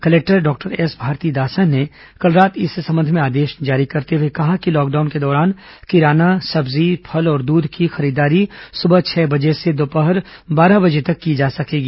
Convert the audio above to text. collector doctor S Bharathidasan ने कल रात इस संबंध में आदेश जारी करते हुए कहा कि लॉकडाउन के दौरान किराना सब्जी फल और दूध की खरीदारी सुबह छह बजे से दोपहर बारह बजे तक की जा सकेगी